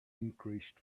increased